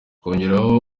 kongeraho